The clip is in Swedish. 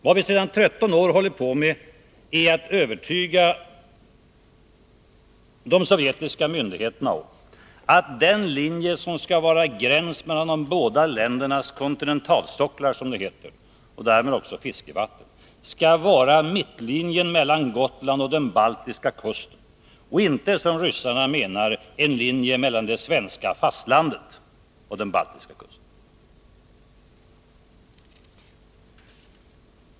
Vad vi sedan 13 år håller på med är att övertyga de sovjetiska myndigheterna om att den linje som skall vara gräns mellan de båda ländernas kontinentalsocklar och därmed också för fiskevattnen skall vara mittlinjen mellan Gotland och den baltiska kusten och inte, som ryssarna menar, en linje mellan det svenska fastlandet och den baltiska kusten.